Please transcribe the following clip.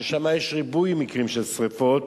ששם יש ריבוי מקרים של שרפות,